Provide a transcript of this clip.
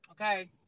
okay